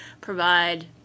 provide